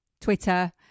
Twitter